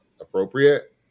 appropriate